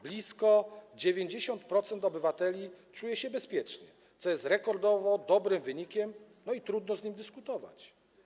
Blisko 90% obywateli czuje się bezpiecznie, co jest rekordowo dobrym wynikiem, z którym trudno dyskutować.